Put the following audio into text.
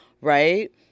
right